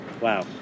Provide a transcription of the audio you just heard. wow